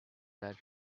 that